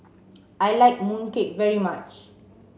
I like mooncake very much